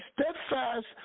steadfast